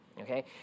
okay